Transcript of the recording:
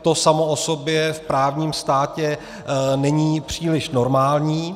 To samo o sobě v právním státě není příliš normální.